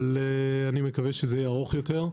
אבל מקווה שזה יהיה ארוך יותר,